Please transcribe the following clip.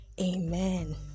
amen